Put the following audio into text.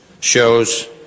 shows